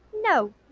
No